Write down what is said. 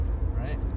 right